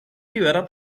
libera